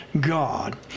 God